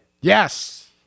Yes